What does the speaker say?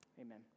Amen